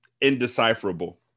indecipherable